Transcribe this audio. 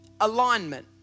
alignment